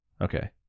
okay